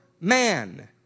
man